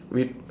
we